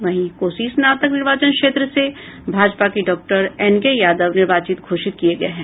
वहीं कोसी स्नातक निर्वाचन क्षेत्र से भाजपा के डॉक्टर एन के यादव निर्वाचित घोषित किये गये हैं